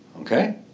Okay